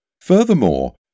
Furthermore